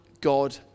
God